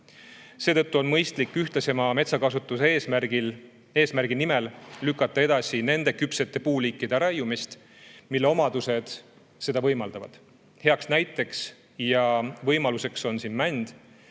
Seetõttu on mõistlik ühtlasema metsakasutuse eesmärgi nimel lükata edasi seda liiki küpsete puude raiumist, mille omadused seda võimaldavad. Heaks näiteks ja võimaluseks on mänd,